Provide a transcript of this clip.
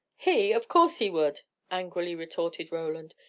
he! of course he would! angrily retorted roland.